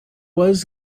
was